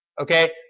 okay